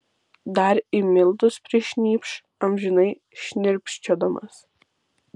dar į miltus prišnypš amžinai šnirpščiodamas